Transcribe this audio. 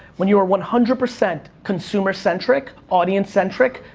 when you are one hundred percent consumer-centric, audience-centric,